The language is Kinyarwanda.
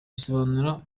bisobanura